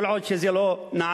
כל עוד זה לא נעשה,